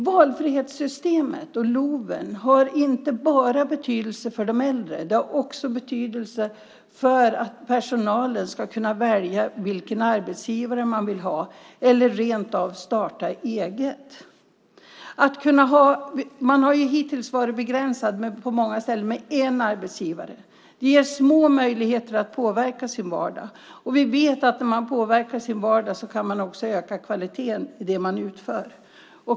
Valfrihetssystemet och LOV har inte enbart betydelse för de äldre. Det har också betydelse för att personalen ska kunna välja vilken arbetsgivare man vill ha eller rent av kunna starta eget. Man har hittills på många ställen varit begränsad till en arbetsgivare vilket ger små möjligheter att påverka sin vardag, och vi vet att när man kan påverka sin vardag kan man också öka kvaliteten i det man gör.